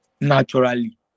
naturally